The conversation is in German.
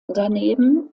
daneben